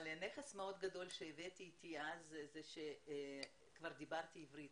נכס מאוד גדול שהבאתי אתי אז הוא שכבר דיברתי עברית,